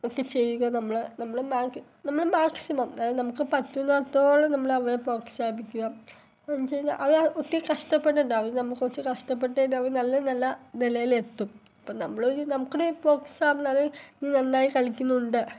അതൊക്കെ ചെയ്യുക നമ്മൾ നമ്മൾ മാക് നമ്മൾ മാക്സിമം അതായത് നമുക്ക് പറ്റുന്നിടത്തോളം നമ്മൾ അവരെ പ്രോത്സാഹിപ്പിക്കുക എന്നുവെച്ച് കഴിഞ്ഞാൾ അവർ ആ ഒത്തിരി കഷ്ടപ്പെടുന്നുണ്ടാകും അത് നമ്മൾ കുറച്ച് കഷ്ടപ്പെട്ട് കഴിഞ്ഞാലും നല്ല നല്ല നിലയിലെത്തും അപ്പോൾ നമ്മളൊരു നമ്മുടെ പ്രോത്സാഹനം അതായത് നന്നായി കളിക്കുന്നുണ്ട്